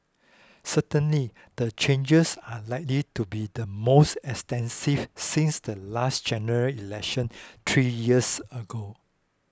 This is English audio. certainly the changes are likely to be the most extensive since the last General Election three years ago